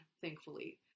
thankfully